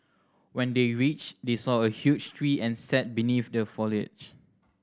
when they reached they saw a huge tree and sat beneath the foliage